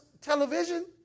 television